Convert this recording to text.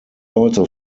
also